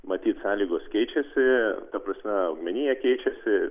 matyt sąlygos keičiasi ta prasme augmenija keičiasi